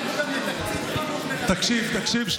תקשיב,